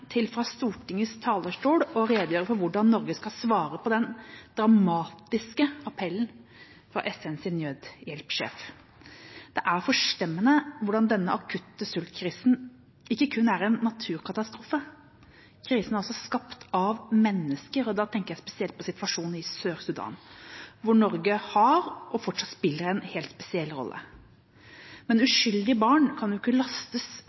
til å oppfordre utenriksministeren – fra Stortingets talerstol – å redegjøre for hvordan Norge skal svare på den dramatiske appellen fra FNs nødhjelpsjef. Det er forstemmende hvordan denne akutte sultkrisen ikke kun er en naturkatastrofe. Krisen er også skapt av mennesker, og da tenker jeg spesielt på situasjonen i Sør-Sudan, hvor Norge har spilt og fortsatt spiller en helt spesiell rolle. Men uskyldige barn kan jo ikke lastes